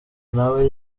nawe